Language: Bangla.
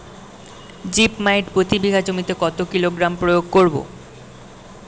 জিপ মাইট প্রতি বিঘা জমিতে কত কিলোগ্রাম প্রয়োগ করব?